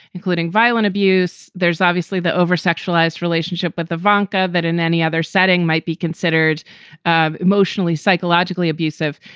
including violent abuse. there's obviously the oversexualized relationship with the vanco. that in any other setting might be considered um emotionally, psychologically abusive.